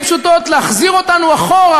במילים פשוטות, להחזיר אותנו אחורה,